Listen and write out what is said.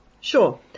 Sure